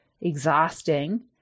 exhausting